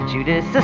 Judas